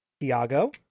Tiago